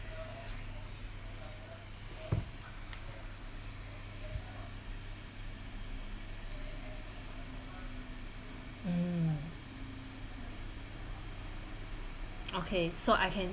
mm okay so I can